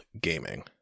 gaming